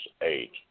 eight